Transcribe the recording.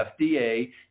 FDA